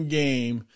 game